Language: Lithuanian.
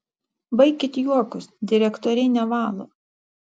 baikit juokus direktoriai nevalo